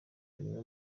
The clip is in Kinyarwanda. bimwe